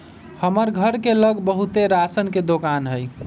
हमर घर के लग बहुते राशन के दोकान हई